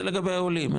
זה לגבי עולים,